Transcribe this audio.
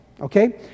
okay